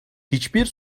hiçbir